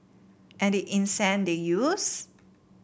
and the incense they used